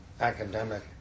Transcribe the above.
academic